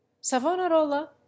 savonarola